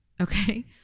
okay